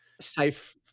safe